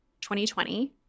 2020